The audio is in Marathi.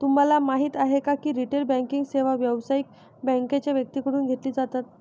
तुम्हाला माहिती आहे का की रिटेल बँकिंग सेवा व्यावसायिक बँकांच्या व्यक्तींकडून घेतली जातात